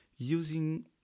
using